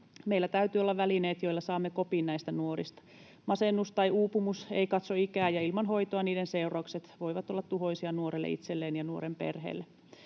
meillä täytyy olla välineet, joilla saamme kopin näistä nuorista. Masennus tai uupumus eivät katso ikää, ja ilman hoitoa niiden seuraukset voivat olla tuhoisia nuorelle itselleen ja nuoren perheelle.